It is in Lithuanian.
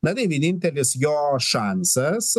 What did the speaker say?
na tai vienintelis jo šansas